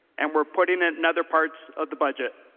and we are putting in other parts of the budget.